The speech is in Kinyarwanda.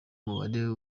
umubare